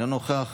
אינו נוכח,